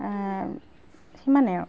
সিমানেই আৰু